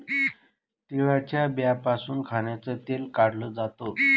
तिळाच्या बियांपासून खाण्याचं तेल काढल जात